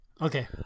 Okay